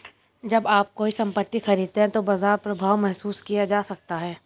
जब आप कोई संपत्ति खरीदते हैं तो बाजार प्रभाव महसूस किया जा सकता है